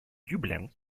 dublin